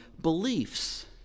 beliefs